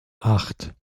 acht